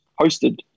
hosted